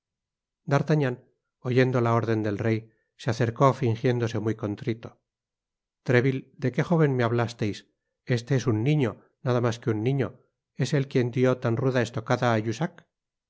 d'artagnan oyendo la orden del rey se acercó fingiéndose muy contrito treville de qué jóven me hablasteis este es un niño nada mas que un niño es él quien dió tan ruda estocada á jussac